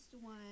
one